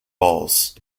balls